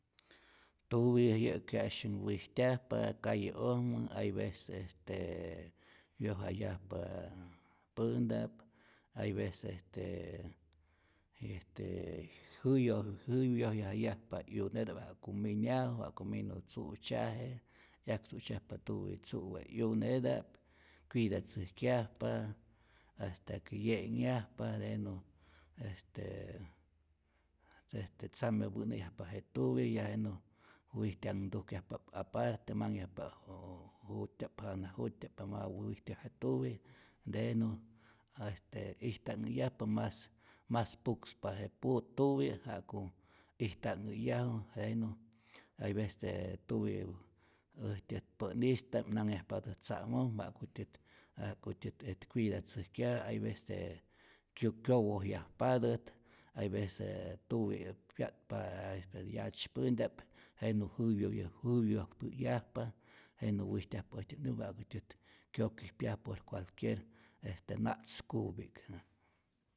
Tuwita'p yä'ki janu'sh wijtyajpa calle'ojmä, hay veces este wyojayajpa pänta'p, hay veces este este jyäwyoyajyajpa 'yuneta'p ja'ku minyaju ja'ku minu tzu'tzyaje, 'yak tzu'tzyajpa tuwi tzu'we' 'yuneta'p, cuidatzäjkyajpa hasta que 'ye'nhyajpa. de no este este tzamepä'najyajpa, je tuwi ya jenä wijtanhtujkyajpa'p aparte, manhyajpa'p ju ju jutytya'p jana jutytya'p, ka ma wijtyaj je tuwi de no este ijta'nhäyajpa mas, mas pukspa je puro tuwi' ja'ku ijta'nhäyaju jenä, hay vece tuwi äjtyät pä'nista'p nanhyajpatät tzamoj wa'kutyät wa'kutyät e cuidatzäjkyaju, hay vece kyo kyowojyajpatät, hay vece tuwi pya'tpa yatzypänta'p, jenä jäwyoy jäwyojpä'yajpa jenä wijtyajpa, äjtyät nämpatä äjtyät ja'kutyä kyokijpya por cualquier este na'tzkupi'k.